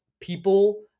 people